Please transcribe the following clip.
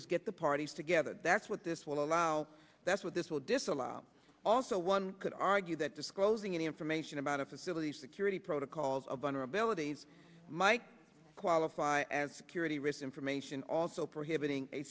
is get the parties together that's what this will allow that's what this will disallow also one could argue that disclosing any information about a facility security protocols of vulnerabilities might qualify as security risk information also prohibiting a